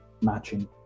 matching